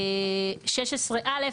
(16א),